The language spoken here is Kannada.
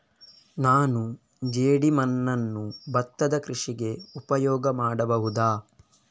ನಾನು ಜೇಡಿಮಣ್ಣನ್ನು ಭತ್ತದ ಕೃಷಿಗೆ ಉಪಯೋಗ ಮಾಡಬಹುದಾ?